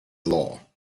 law